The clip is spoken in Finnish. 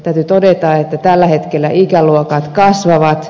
täytyy todeta että tällä hetkellä ikäluokat kasvavat